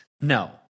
No